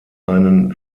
einen